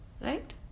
Right